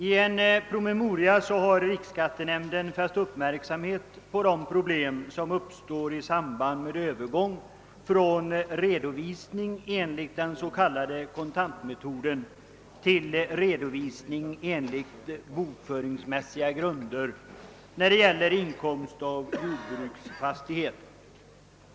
I en promemoria har riksskattenämnden fäst uppmärksamheten på de problem som uppstår i samband med övergång från redovisning enligt den s.k. kontantmetoden till redovisning enligt bokföringsmässiga grunder när det gäller inkomst av jordbruksfastighet.